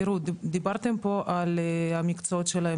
דיברתם פה על המקצועות שלהם,